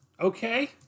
Okay